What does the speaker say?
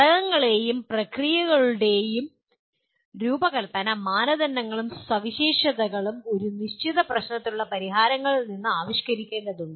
ഘടകങ്ങളുടെയും പ്രക്രിയകളുടെയും രൂപകൽപ്പന മാനദണ്ഡങ്ങളും സവിശേഷതകളും ഒരു നിശ്ചിത പ്രശ്നത്തിനുള്ള പരിഹാരങ്ങളിൽ നിന്ന് ആവിഷ്കരിക്കേണ്ടതുണ്ട്